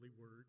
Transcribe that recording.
word